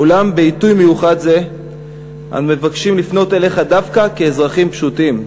אולם בעיתוי מיוחד זה אנו מבקשים לפנות אליך דווקא כאזרחים פשוטים,